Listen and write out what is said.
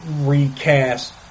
recast